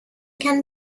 can